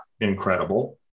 incredible